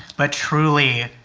but truly,